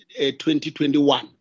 2021